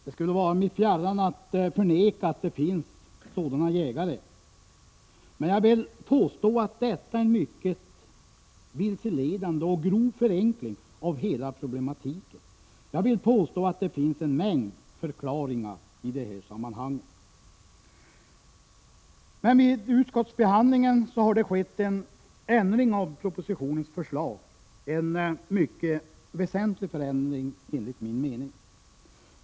Det skulle vara mig fjärran att förneka att det finns sådana jägare, men jag vill påstå att detta är en mycket vilseledande och grov förenkling av hela problemaktiken. Jag vill påstå att det finns en mängd förklaringar i detta sammanhang. Vid utskottsbehandlingen har det skett en ändring av propositionens förslag, en mycket väsentlig förändring enligt min mening.